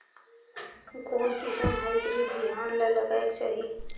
कोन किसम हाईब्रिड बिहान ला लगायेक चाही?